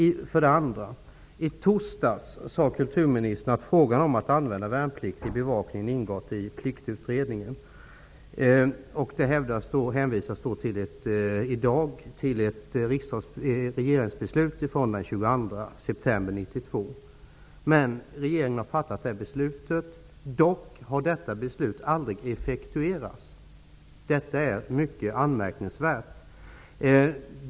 För det andra: I torsdags sade kulturministern att frågan om att använda värnpliktiga i bevakningen ingått i Pliktutredningen. Det hänvisas i dag till ett regeringsbeslut från den 22 september 1992. Men regeringen har fattat detta beslut. Dock har detta beslut aldrig effektuerats. Detta är mycket anmärkningsvärt.